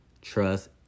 trust